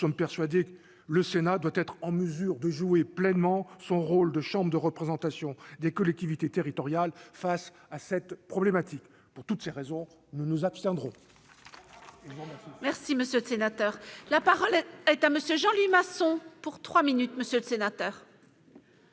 Nous en sommes persuadés, le Sénat doit être en mesure de jouer pleinement son rôle de chambre de représentation des collectivités territoriales face à cette problématique. Pour toutes ces raisons, nous nous abstiendrons. En Marche est dans l'impasse ! La parole est à M. Jean Louis Masson. Madame